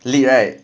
lit right